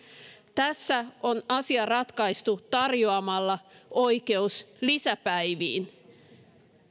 tässä on asia ratkaistu tarjoamalla oikeus lisäpäiviin